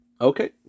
okay